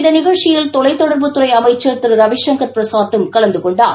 இந்த நிகழ்ச்சியில் தொலைத் தொடர்புத்துறை அமைச்சள் திரு ரவிசங்கள் பிரசாத்தும் கலந்து கொண்டார்